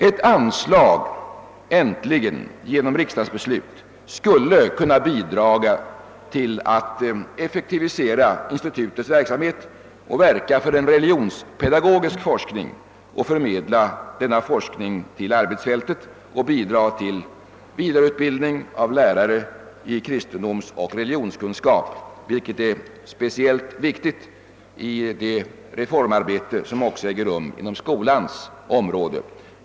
Ett anslag genom riksdagsbeslut skulle kunna bidra till att effektivisera institutets verksamhet, verka för en religionspedagogisk forskning, förmedla resultaten av denna forskning till arbetsfältet och bidra till vidareutbildning av lärare i kristendomsoch religionskunskap — vilket är speciellt viktigt i det reformarbete som äger rum på skolans område.